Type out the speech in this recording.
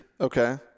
Okay